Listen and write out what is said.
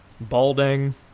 balding